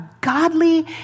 godly